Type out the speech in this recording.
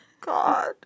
God